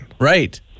Right